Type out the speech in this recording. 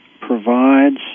provides